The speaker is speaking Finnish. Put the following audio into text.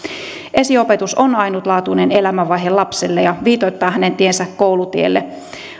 esiopetus on ainutlaatuinen elämänvaihe lapselle ja viitoittaa hänen tiensä koulutielle